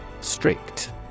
Strict